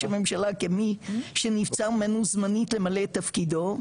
הממשלה כמי שנבצר ממנו זמנית למלא את תפקידו,